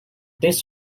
this